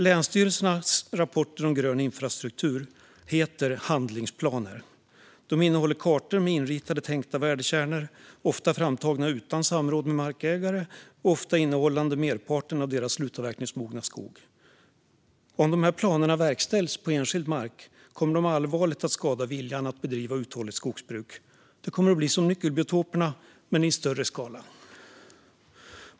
Länsstyrelsernas rapporter om grön infrastruktur heter handlingsplaner. De innehåller kartor med inritade tänkta värdekärnor, ofta framtagna utan samråd med markägarna och ofta innehållande merparten av deras slutavverkningsmogna skog. Om dessa planer verkställs på enskild mark kommer de att allvarligt skada viljan att bedriva uthålligt skogsbruk. Det kommer att bli som med nyckelbiotoperna men i större skala.